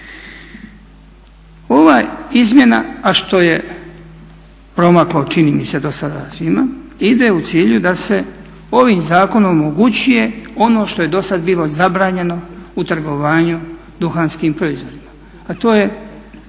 Ova izmjena, a što je promaklo čini mi se dosada svima ide u cilju da se ovim zakonom omogućuje ono što je dosad bilo zabranjeno u trgovanju duhanskim proizvodima a to je